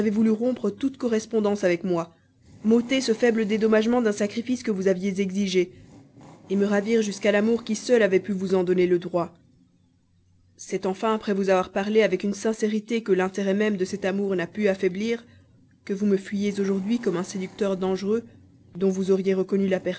voulu rompre toute correspondance avec moi m'ôter ce faible dédommagement d'un sacrifice que vous aviez exigé me ravir jusqu'à l'amour qui seul avait pu vous en donner le droit c'est enfin après vous avoir parlé avec une sincérité que l'intérêt même de cet amour n'a pu affaiblir que vous me fuyez aujourd'hui comme un séducteur dangereux dont vous auriez reconnu la